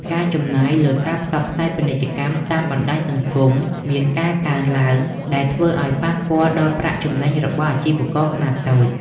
ការចំណាយលើការផ្សព្វផ្សាយពាណិជ្ជកម្មតាមបណ្តាញសង្គមមានការកើនឡើង ដែលធ្វើឱ្យប៉ះពាល់ដល់ប្រាក់ចំណេញរបស់អាជីវករខ្នាតតូច។